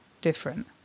different